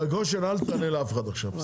הבנתי רגע, אבל גושן אל תענה לאף אחד בסדר?